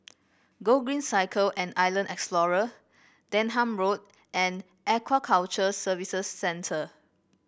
Gogreen Cycle and Island Explorer Denham Road and Aquaculture Services Centre